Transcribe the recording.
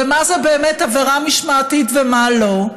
ומהי באמת עבירה משמעתית ומה לא.